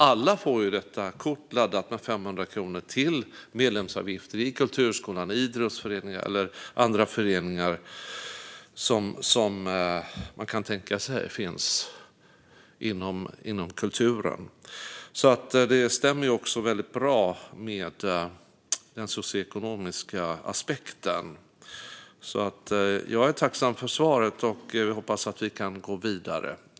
Alla får detta kort laddat med 500 kronor till medlemsavgifter i kulturskolan, idrottsföreningar eller andra föreningar som finns inom kulturen. Det stämmer alltså väldigt bra med den socioekonomiska aspekten. Jag är därför tacksam för svaret och hoppas att vi kan gå vidare.